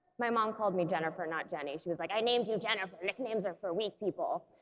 my mom called me jennifer not jennie, she was like i named you jennifer nicknames are for weak people